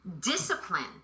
discipline